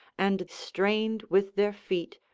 and strained with their feet,